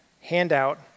handout